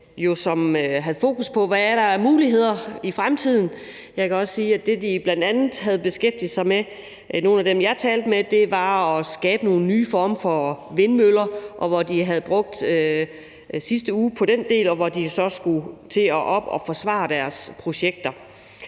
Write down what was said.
jo har fokus på, hvad der er af muligheder i fremtiden. Jeg kan også sige, at det, nogle af dem, jeg talte med, bl.a. havde beskæftiget sig med, var at skabe nogle nye former for vindmøller, hvor de havde brugt sidste uge på den del og så skulle til at gå op og forsvare deres projekter.